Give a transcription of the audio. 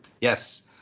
Yes